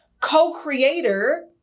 co-creator